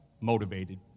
motivated